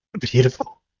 beautiful